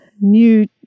new